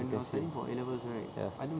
what saying yes